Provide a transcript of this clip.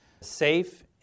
safe